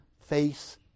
face